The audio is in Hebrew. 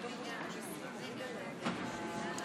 בבקשה.